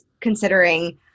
considering